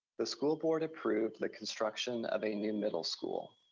the school board approved the construction of a new middle school.